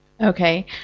Okay